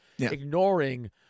ignoring